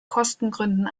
kostengründen